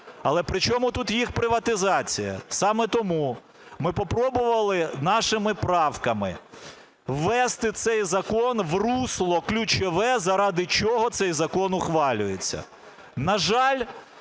але при чому тут їх приватизація? Саме тому ми попробували нашими правками ввести цей закон в русло ключове, заради чого цей закон ухвалюється. На жаль,